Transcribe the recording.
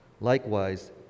Likewise